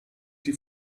die